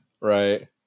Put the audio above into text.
Right